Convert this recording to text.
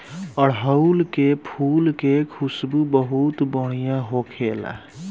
अढ़ऊल के फुल के खुशबू बहुत बढ़िया होखेला